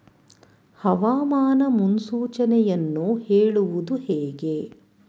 ಹವಾಮಾನ ಮುನ್ಸೂಚನೆಯನ್ನು ಹೇಳುವುದು ಹೇಗೆ?